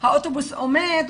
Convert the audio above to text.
האוטובוס עומד,